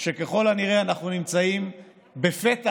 שככל הנראה אנחנו נמצאים בפתח